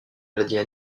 maladies